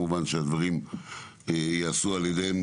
אני חושב שהגיע הזמן להכניס את היד לכיס,